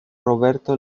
roberto